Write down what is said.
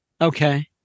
Okay